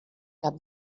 cap